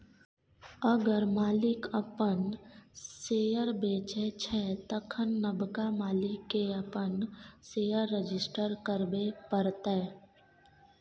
अगर मालिक अपन शेयर बेचै छै तखन नबका मालिक केँ अपन शेयर रजिस्टर करबे परतै